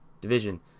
division